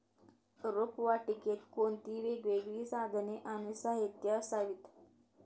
रोपवाटिकेत कोणती वेगवेगळी साधने आणि साहित्य असावीत?